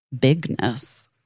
bigness